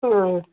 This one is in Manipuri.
ꯎꯝ